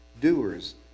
doers